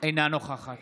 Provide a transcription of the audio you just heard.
אינה נוכחת